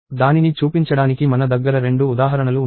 దానిని చూపించడానికి మన దగ్గర రెండు ఉదాహరణలు ఉన్నాయి